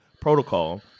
protocol